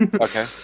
okay